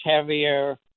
heavier